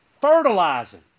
fertilizing